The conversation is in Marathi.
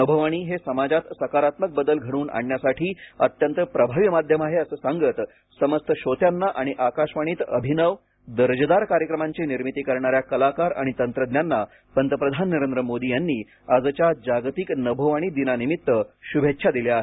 नभोवाणी हे समाजात सकारात्मक बदल घडवून आणण्यासाठी अत्यंत प्रभावी माध्यम आहे असं सांगत समस्त श्रोत्यांना आणि आकाशवाणीत अभिनव दर्जेदार कार्यक्रमांची निर्मिती करणाऱ्या कलाकार आणि तंत्रज्ञांना पंतप्रधान नरेंद्र मोदी यांनी आजच्या जागतिक नभोवाणी दिनानिमित्त शुभेच्छा दिल्या आहेत